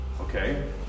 Okay